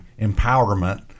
empowerment